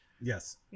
Yes